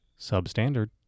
substandard